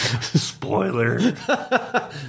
spoiler